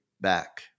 back